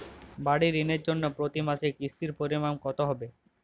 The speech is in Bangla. বাড়ীর ঋণের জন্য প্রতি মাসের কিস্তির পরিমাণ কত হবে?